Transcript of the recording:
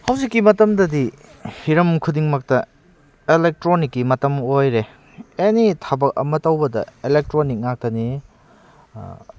ꯍꯧꯖꯤꯛꯀꯤ ꯃꯇꯝꯗꯗꯤ ꯍꯤꯔꯝ ꯈꯨꯗꯤꯡꯃꯛꯇ ꯏꯂꯦꯛꯇ꯭ꯔꯣꯅꯤꯛꯀꯤ ꯃꯇꯝ ꯑꯣꯏꯔꯦ ꯑꯦꯅꯤ ꯊꯕꯛ ꯑꯃ ꯇꯧꯕꯗ ꯏꯂꯦꯛꯇ꯭ꯔꯣꯅꯤꯛ ꯉꯥꯛꯇꯅꯤ